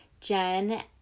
Jen